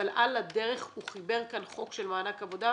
אבל על הדרך הוא חיבר כאן חוק של מענק עבודה,